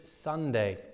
Sunday